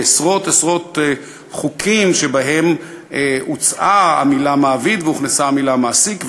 בעשרות עשרות חוקים שבהם הוצאה המילה מעביד והוכנסה המילה מעסיק,